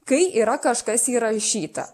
kai yra kažkas įrašyta